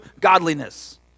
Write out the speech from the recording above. godliness